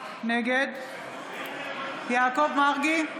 נגד יעקב מרגי,